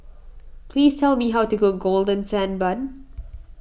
please tell me how to cook Golden Sand Bun